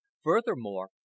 Furthermore